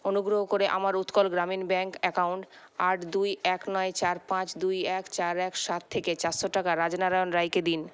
অনুগ্রহ করে আমার উৎকল গ্রামীণ ব্যাঙ্ক অ্যাকাউন্ট আট দুই এক নয় চার পাঁচ দুই এক চার এক সাত থেকে চারশো টাকা রাজনারায়ণ রায়কে দিন